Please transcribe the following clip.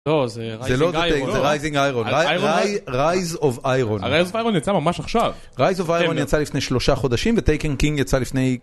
לא זה Rising Iron, זה Rise of Iron, הרי Rise of Iron יצא ממש עכשיו, Rise of Iron יצא לפני שלושה חודשים וTaken King יצא לפני...